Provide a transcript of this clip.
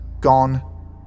Gone